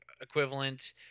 equivalent